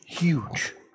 Huge